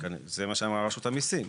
זה מה שאמר רשות המיסים,